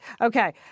Okay